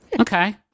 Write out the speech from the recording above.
Okay